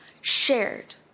shared